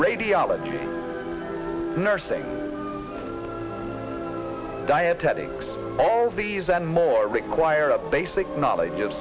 radiology nursing dietetics all these and more require a basic knowledge of